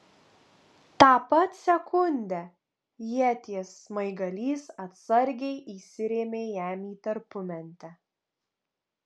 tą pat sekundę ieties smaigalys atsargiai įsirėmė jam į tarpumentę